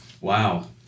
Wow